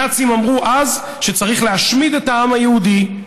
הנאצים אמרו אז שצריך להשמיד את העם היהודי,